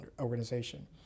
organization